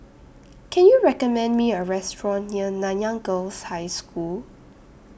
Can YOU recommend Me A Restaurant near Nanyang Girls' High School